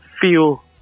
feel